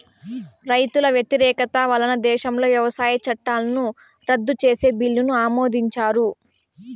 రైతుల వ్యతిరేకత వలన దేశంలో వ్యవసాయ చట్టాలను రద్దు చేసే బిల్లును ఆమోదించారు